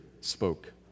spoke